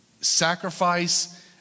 Sacrifice